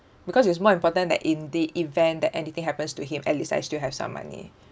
because it's more important that in the event that anything happens to him at least I still have some money